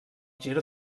gir